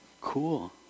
Cool